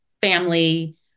family